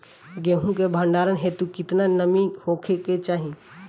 गेहूं के भंडारन हेतू कितना नमी होखे के चाहि?